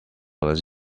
les